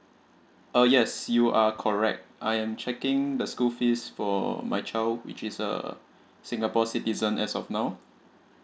uh yes you are correct I am checking the school fees for my child which is a singapore citizen as of now